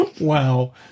Wow